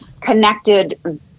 connected